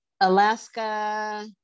Alaska